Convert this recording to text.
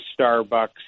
Starbucks